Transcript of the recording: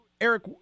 Eric